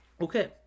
okay